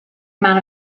amount